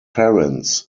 parents